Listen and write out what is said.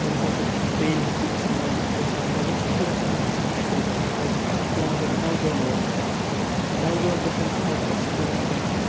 تَمہِ ساتہٕ چھِ ٹرٛینہِ ہُنٛد تہِ استعمال گژھان مگر سُہ چھُ رَژھِ ہنہ اَسہِ مُشکل گژھان کیٛازِکہِ اَسہِ چھُ پٮ۪وان گۄڈٕ نَو گام واتُن نَو گامام پٮ۪ٹھ چھُ پَتہٕ اَسہِ پٮ۪وان گژھُن